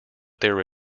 there